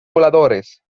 voladores